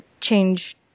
change